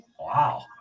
Wow